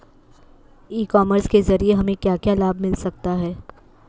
ई commerce के ज़रिए हमें क्या क्या लाभ मिल सकता है?